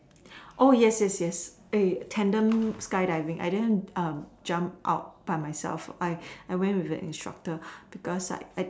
oh yes yes yes tandem skydiving I didn't jump out by myself I I went with the instructor because like I